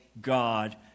God